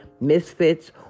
misfits